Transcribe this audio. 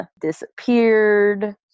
disappeared